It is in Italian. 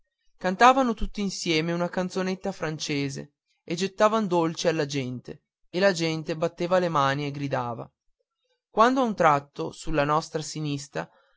cantavano tutti insieme una canzonetta francese e gettavan dolci alla gente e la gente batteva le mani e gridava quando a un tratto sulla nostra sinistra